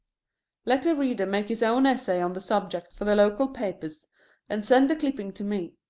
let the reader make his own essay on the subject for the local papers and send the clipping to me.